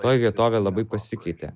toji vietovė labai pasikeitė